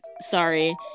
Sorry